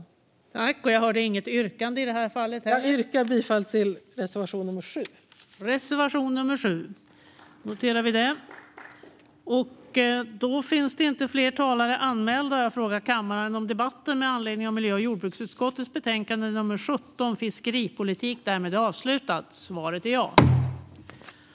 Jag yrkar bifall till reservation 7.